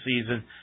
season